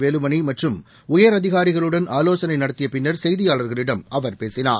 வேலுமணிமற்றும் உயரதிகாரிகளுடன் ஆலோசனைநடத்தியபின்னர் செய்தியாளர்களிடம் அவர் பேசினார்